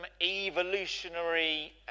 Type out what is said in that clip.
evolutionary